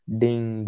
ding